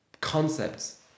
concepts